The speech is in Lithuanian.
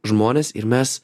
žmonės ir mes